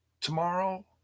tomorrow